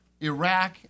Iraq